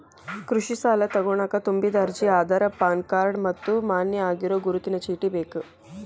ಕೃಷಿ ಸಾಲಾ ತೊಗೋಣಕ ತುಂಬಿದ ಅರ್ಜಿ ಆಧಾರ್ ಪಾನ್ ಕಾರ್ಡ್ ಮತ್ತ ಮಾನ್ಯ ಆಗಿರೋ ಗುರುತಿನ ಚೇಟಿ ಬೇಕ